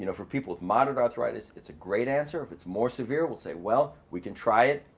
you know for people with modern arthritis it's a great answer, if it's more severe we'll say, well we can try it.